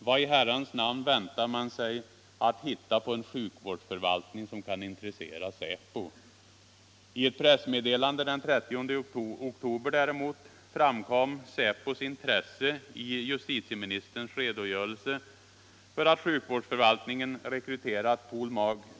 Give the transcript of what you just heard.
Vad i Herrans namn väntar man sig att hitta på en sjukvårdsförvaltning som kan intressera säpo?” I ett pressmeddelande den 30 oktober däremot framkom säpos intresse i justitieministerns redogörelse för att sjukvårdsförvaltningen rekryterat pol. mag.